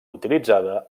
utilitzada